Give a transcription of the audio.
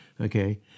okay